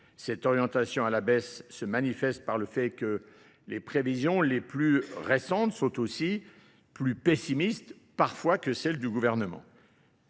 Cette orientation à la baisse se manifeste par le fait que les prévisions les plus récentes sont aussi plus pessimistes parfois que celles du gouvernement.